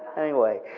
anyway.